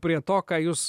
prie to ką jūs